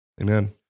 Amen